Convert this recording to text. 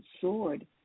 sword